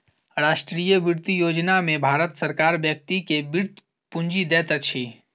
राष्ट्रीय वृति योजना में भारत सरकार व्यक्ति के वृति पूंजी दैत अछि